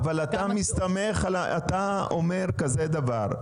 אבל אתה אומר כזה דבר,